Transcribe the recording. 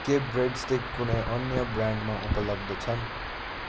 के bread stick कुनै अन्य ब्रान्डमा उपलब्ध छन्